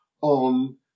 on